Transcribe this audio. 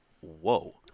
whoa